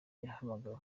yahamagawe